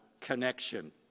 connection